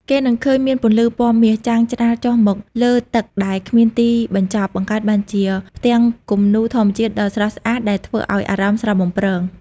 គេនឹងឃើញមានពន្លឺពណ៌មាសចាំងច្រាលចុះមកលើទឹកដែលគ្មានទីបញ្ចប់បង្កើតបានជាផ្ទាំងគំនូរធម្មជាតិដ៏ស្រស់ស្អាតដែលធ្វើឱ្យអារម្មណ៍ស្រស់បំព្រង។